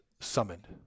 summoned